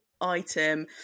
item